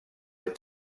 but